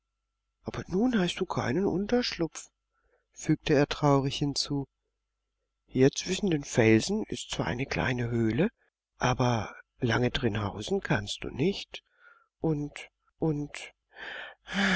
aber nun hast du keinen unterschlupf fügte er traurig hinzu hier zwischen den felsen ist zwar eine kleine höhle aber lange drin hausen kannst du nicht und und